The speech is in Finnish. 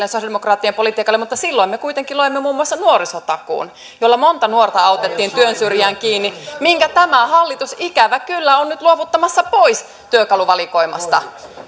sosialidemokraattien politiikalle mutta silloin me kuitenkin loimme muun muassa nuorisotakuun jolla monta nuorta autettiin työn syrjään kiinni minkä tämä hallitus ikävä kyllä on nyt luovuttamassa pois työkaluvalikoimasta